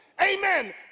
Amen